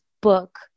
book